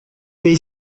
they